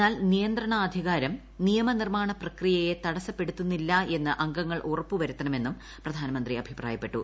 എന്നാൽ നിയന്ത്രണാധികാരം നിയമനിർമാണ പ്രക്രിയയെ തടസപ്പെടുത്തുന്നില്ല എന്ന് അംഗങ്ങൾ ഉറപ്പുവരുത്തണമെന്നും പ്രധാനമന്ത്രി അഭിപ്രായപ്പെട്ടു